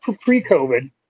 pre-COVID